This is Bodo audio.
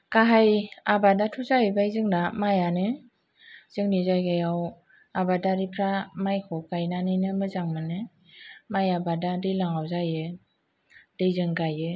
गाहाय आबादाथ' जाहैबाय जोंना मायानो जोंनि जायगायाव आबादारिफ्रा मायखौ गायनानैनो मोजां मोनो माय आबादा दैज्लाङाव जायो दैजों गायो